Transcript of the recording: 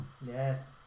Yes